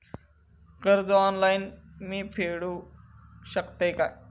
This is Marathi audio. कर्ज ऑनलाइन मी फेडूक शकतय काय?